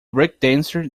breakdancer